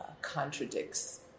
contradicts